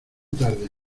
tarde